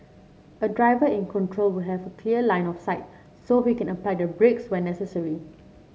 a driver in control would have a clear line of sight so he can apply the brakes when necessary